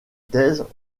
thèses